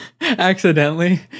Accidentally